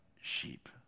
sheep